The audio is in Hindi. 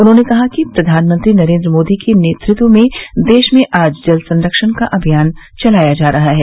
उन्होंने कहा कि प्रधानमंत्री नरेंद्र मोदी के नेतृत्व में देश में आज जल संरक्षण का अभियान चलाया जा रहा है